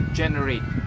generate